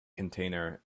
container